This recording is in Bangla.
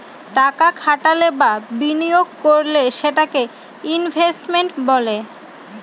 টাকা খাটালে বা বিনিয়োগ করলে সেটাকে ইনভেস্টমেন্ট বলে